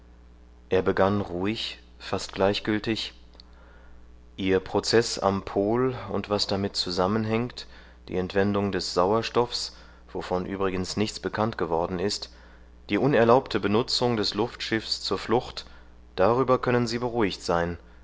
er begann ruhig fast gleichgültig ihr prozeß am pol und was damit zusammenhängt die entwendung des sauerstoffs wovon übrigens nichts bekannt geworden ist die unerlaubte benutzung des luftschiffs zur flucht darüber können sie beruhigt sein